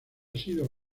sido